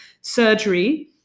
Surgery